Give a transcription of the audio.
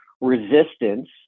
resistance